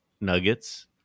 nuggets